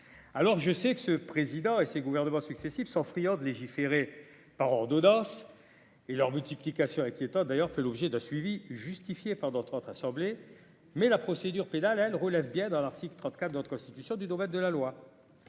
alors je sais que ce président et ses gouvernements successifs sont friands de légiférer par ordonnances et leur multiplication inquiétant d'ailleurs fait l'objet d'un suivi justifier pendant 30 mais la procédure pénale, elle relève bien dans l'article 34 de la constitution du domaine de la loi,